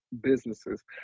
businesses